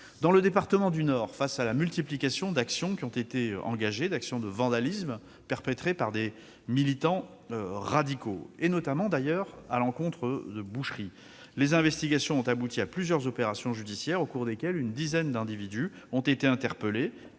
Dans le département du Nord, face à la multiplication d'actions de vandalisme qui ont été perpétrées par des militants radicaux, notamment à l'encontre de boucheries, les investigations ont abouti à plusieurs opérations judiciaires au cours desquelles une dizaine d'individus ont été interpellés